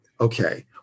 Okay